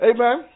Amen